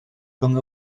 rhwng